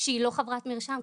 שהיא לא חברת מרשם,